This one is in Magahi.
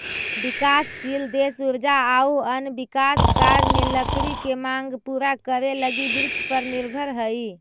विकासशील देश ऊर्जा आउ अन्य विकास कार्य में लकड़ी के माँग पूरा करे लगी वृक्षपर निर्भर हइ